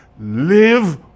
live